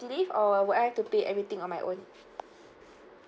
leave or would I have to pay everything on my own